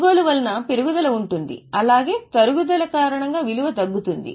కొనుగోలు వలన పెరుగుదల ఉంటుంది అలాగే తరుగుదల కారణంగా విలువ తగ్గుతుంది